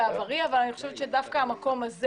אבל אני חושבת שדווקא מהמקום הזה